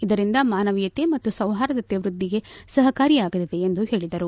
ಇದರಿಂದ ಮಾನವೀಯತೆ ಮತ್ತು ಸೌಹಾರ್ದತೆ ವ್ಟದ್ದಿಗೆ ಸಹಕಾರಿಯಾಗಲಿದೆ ಎಂದು ಹೇಳಿದರು